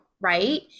right